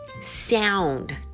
sound